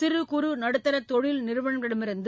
சிறு குறு நடுத்தர தொழில் நிறுவனங்களிடமிருந்து